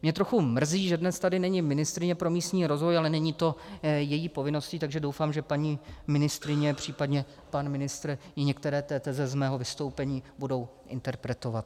Mě trochu mrzí, že dnes tady není ministryně pro místní rozvoj, ale není to její povinností, takže doufám, že paní ministryně, případně pan ministr jí některé teze z mého vystoupení budou interpretovat.